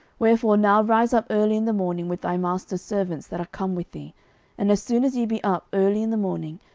wherefore now rise up early in the morning with thy master's servants that are come with thee and as soon as ye be up early in the morning,